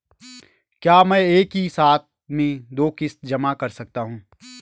क्या मैं एक ही साथ में दो किश्त जमा कर सकता हूँ?